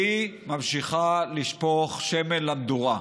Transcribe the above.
והיא ממשיכה לשפוך שמן למדורה.